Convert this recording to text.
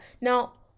now